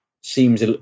seems